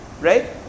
right